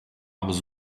was